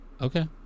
okay